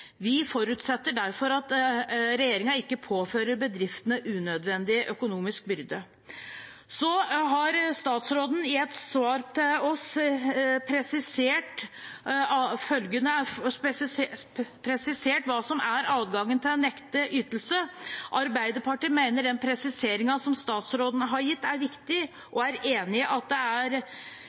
Vi forutsetter derfor at regjeringen ikke påfører bedriftene unødvendig økonomisk byrde. Statsråden har i et svar til oss presisert hva som er adgangen til å nekte ytelse. Arbeiderpartiet mener den presiseringen som statsråden har gitt, er viktig og er enig i at